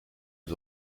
was